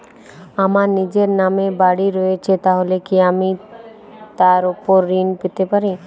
আমার নিজের নামে বাড়ী রয়েছে তাহলে কি আমি তার ওপর ঋণ পেতে পারি?